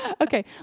Okay